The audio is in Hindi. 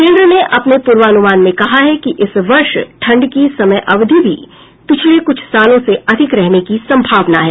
केन्द्र ने अपने पूर्वानुमान में कहा है कि इस वर्ष ठंड की समय अवधि भी पिछले कुछ सालों से अधिक रहने की संभावना है